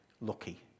lucky